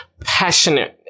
passionate